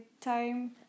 time